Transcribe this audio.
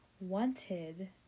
wanted